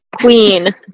Queen